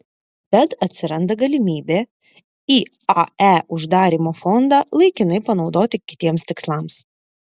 tad atsiranda galimybė iae uždarymo fondą laikinai panaudoti kitiems tikslams